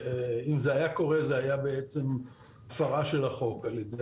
אם זה היה קורה זו הייתה הפרה של החוק על ידי